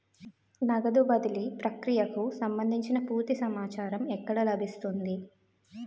నగదు బదిలీ ప్రక్రియకు సంభందించి పూర్తి సమాచారం ఎక్కడ లభిస్తుంది?